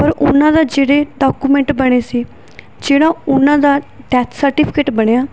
ਪਰ ਉਹਨਾਂ ਦਾ ਜਿਹੜੇ ਡਾਕੂਮੈਂਟ ਬਣੇ ਸੀ ਜਿਹੜਾ ਉਹਨਾਂ ਦਾ ਡੈਥ ਸਰਟੀਫਿਕੇਟ ਬਣਿਆ